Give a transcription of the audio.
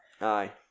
aye